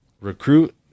Recruit